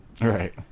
Right